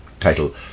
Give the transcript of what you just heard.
title